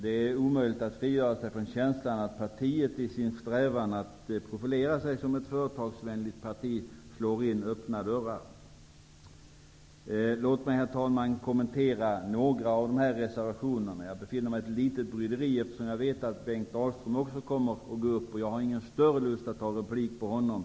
Det är omöjligt att frigöra sig från känslan att partiet i sin strävan att profilera sig som ett företagsvänligt parti slår in öppna dörrar. Låt mig, herr talman, kommentera några av reservationerna. Men jag är något bryd. Jag vet att Bengt Dalström också kommer att gå upp i debatten, och jag har inte någon större lust att begära replik på hans anförande.